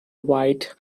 white